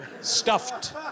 stuffed